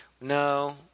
No